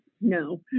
No